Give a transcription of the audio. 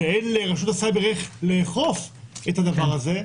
ואין לרשות הסייבר איך לאכוף את הדבר הזה,